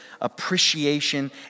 appreciation